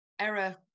error